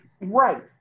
Right